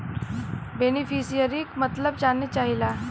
बेनिफिसरीक मतलब जाने चाहीला?